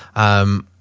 um,